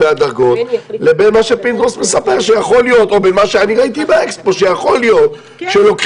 כל מה שלא